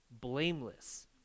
blameless